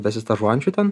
besistažuojančių ten